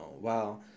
wow